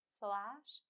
slash